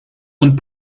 und